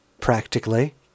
practically